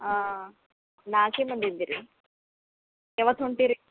ಹಾಂ ನಾಕೆ ಮಂದಿ ಇದ್ದಿರ ರೀ ಯಾವತ್ತು ಹೊಂಟಿರಿ ರೀ